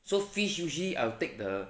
so fish usually I'll take the